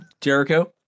Jericho